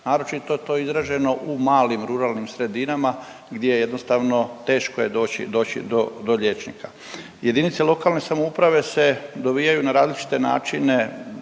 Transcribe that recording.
Naročito je to izraženo u malim ruralnim sredinama gdje jednostavno teško je doći do liječnika. Jedinice lokalne samouprave se dovijaju na različite načine